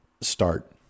start